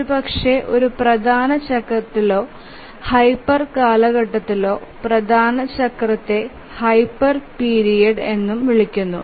ഒരുപക്ഷേ ഒരു പ്രധാന ചക്രത്തിലോ ഹൈപ്പർ കാലഘട്ടത്തിലോ പ്രധാന ചക്രത്തെ ഹൈപ്പർ പിരീഡ് എന്നും വിളിക്കുന്നു